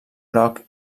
groc